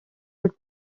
would